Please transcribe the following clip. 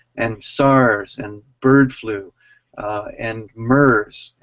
and sars, and bird flu and mers,